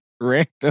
random